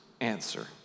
answer